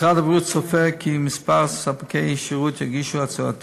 משרד הבריאות צופה כי כמה ספקי שירות יגישו הצעות